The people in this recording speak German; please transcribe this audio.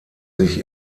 sich